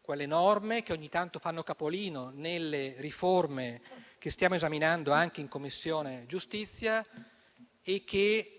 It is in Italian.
quelle norme, che ogni tanto fanno capolino nelle riforme che stiamo esaminando anche in Commissione giustizia, che